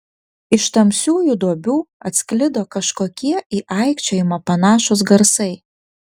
iš tamsiųjų duobių atsklido kažkokie į aikčiojimą panašūs garsai